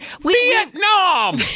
Vietnam